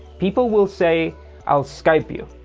people will say i'll skype you.